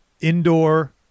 indoor